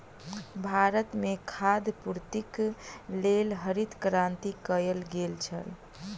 भारत में खाद्य पूर्तिक लेल हरित क्रांति कयल गेल छल